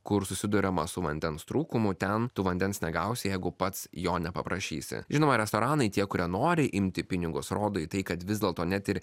kur susiduriama su vandens trūkumu ten tu vandens negausi jeigu pats jo nepaprašysi žinoma restoranai tie kurie nori imti pinigus rodo į tai kad vis dėlto net ir